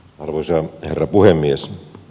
arvoisa herra puhemies